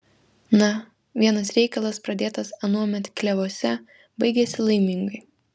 na vienas reikalas pradėtas anuomet klevuose baigiasi laimingai